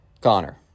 Connor